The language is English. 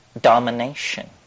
domination